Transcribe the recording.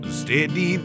steady